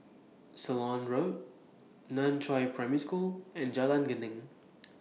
Ceylon Road NAN Chiau Primary School and Jalan Geneng